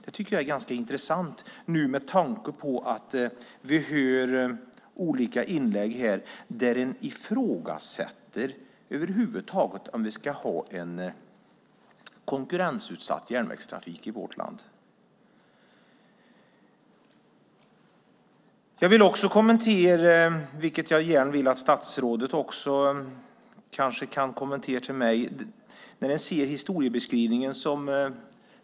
Det tycker jag är ganska intressant med tanke på att vi i olika inlägg här hör att man ifrågasätter om vi över huvud taget ska ha en konkurrensutsatt järnvägstrafik i vårt land. Jag vill också att statsrådet kommenterar historiebeskrivningen.